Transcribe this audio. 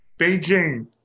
beijing